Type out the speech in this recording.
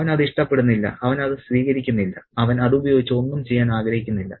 അവൻ അത് ഇഷ്ടപ്പെടുന്നില്ല അവൻ അത് സ്വീകരിക്കുന്നില്ല അവൻ അത് ഉപയോഗിച്ച് ഒന്നും ചെയ്യാൻ ആഗ്രഹിക്കുന്നില്ല